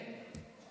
נא לסכם.